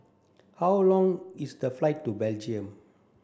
how long is the flight to Belgium